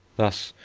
thus,